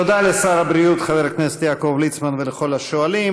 תודה לשר הבריאות חבר הכנסת יעקב ליצמן ולכל השואלים.